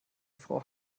frau